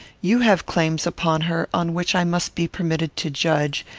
you have claims upon her on which i must be permitted to judge,